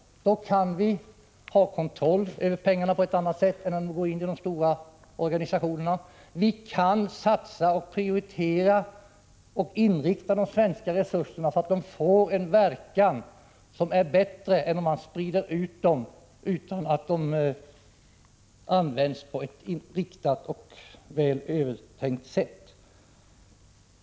Med det systemet kan vi ha bättre kontroll över pengarna än om de går till de stora organisationerna. Vi kan prioritera de svenska resurserna på ett sådant sätt att de får en bättre verkan än de får om man sprider ut dem så att de används utan speciell inriktning.